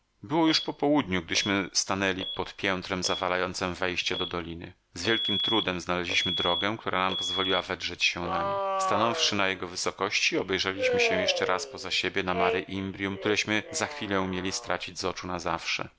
było już po południu gdyśmy stanęli pod piętrem zawalającem wejście do doliny z wielkim trudem znaleźliśmy drogę która nam pozwoliła wedrzeć się na nie stanąwszy na jego wysokości obejrzeliśmy się jeszcze raz poza siebie na mare imbrium któreśmy za chwilę mieli stracić z oczu na zawsze